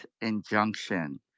injunction